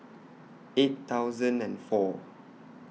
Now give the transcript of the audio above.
eight thousand and four